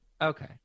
Okay